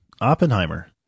Oppenheimer